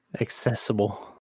accessible